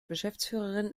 geschäftsführerin